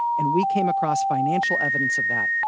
and we came across financial evidence of that.